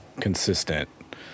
consistent